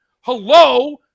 Hello